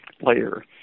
layer